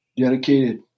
dedicated